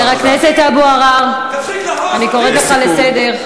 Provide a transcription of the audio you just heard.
חבר הכנסת אבו עראר, אני קוראת אותך לסדר.